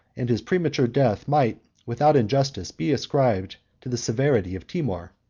and his premature death might, without injustice, be ascribed to the severity of timour.